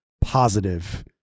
positive